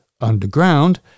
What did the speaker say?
Underground